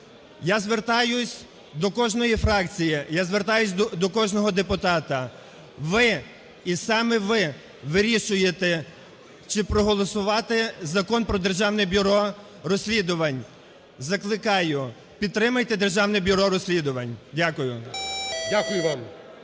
Я звертаюся до кожної фракції, я звертаюся до кожного депутата, ви і саме ви вирішуєте чи проголосувати Закон "Про Державне бюро розслідувань". Закликаю: підтримайте Державне бюро розслідувань. Дякую. ГОЛОВУЮЧИЙ.